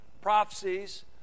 prophecies